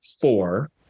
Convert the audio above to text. four